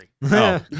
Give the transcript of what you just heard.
No